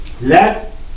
Let